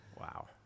Wow